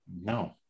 No